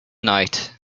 night